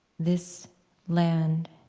this land